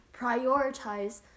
prioritize